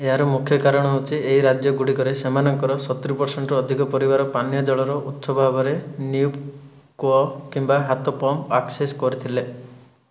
ଏହାର ମୁଖ୍ୟ କାରଣ ହେଉଛି ଏହି ରାଜ୍ୟଗୁଡ଼ିକରେ ସେମାନଙ୍କର ସତୁରି ପରସେଣ୍ଟ୍ରୁ ଅଧିକ ପରିବାର ପାନୀୟ ଜଳର ଉତ୍ସ ଭାବରେ ନ୍ୟୁବ୍ କୂଅ କିମ୍ବା ହାତ ପମ୍ପ ଆକସେସ୍ କରିଥିଲେ